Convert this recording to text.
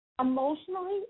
emotionally